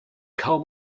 kaum